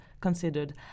considered